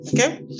okay